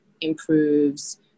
improves